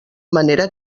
manera